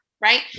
Right